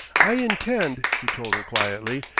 i intend, he told her quietly,